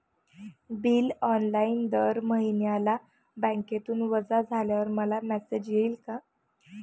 Bill online दर महिन्याला बँकेतून वजा झाल्यावर मला मेसेज येईल का?